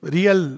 Real